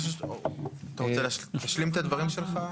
אתה רוצה להשלים את הדברים שלך?